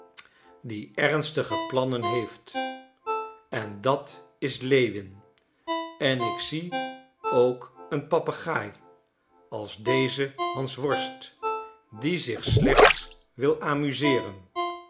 die ernstige plannen heeft en dat is lewin en ik zie ook een papegaai als dezen hansworst die zich slechts wil amuseeren